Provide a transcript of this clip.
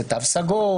זה תו סגול,